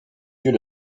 yeux